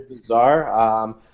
bizarre